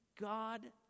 God